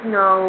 no